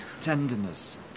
tenderness